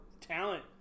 talent